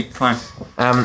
fine